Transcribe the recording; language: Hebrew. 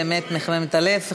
באמת מחמם את הלב.